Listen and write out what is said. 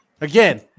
Again